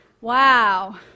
wow